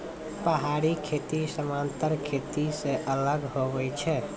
पहाड़ी खेती समान्तर खेती से अलग हुवै छै